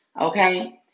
okay